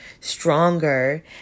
stronger